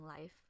life